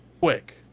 quick